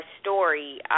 story